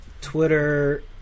Twitter